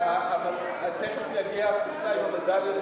תכף תגיע הקופסה עם המדליות,